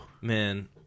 Man